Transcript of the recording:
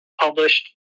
published